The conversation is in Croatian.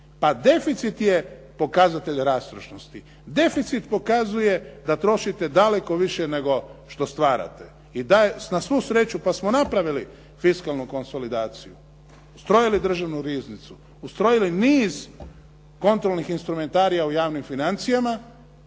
Pa deficit je pokazatelj rastrošnosti. Deficit pokazuje da trošite daleko više nego što stvarate i na svu sreću pa smo napravili fiskalnu konsolidaciju, ustrojili državnu riznicu, ustrojili niz kontrolnih instrumentarija u javnim financijama.